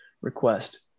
request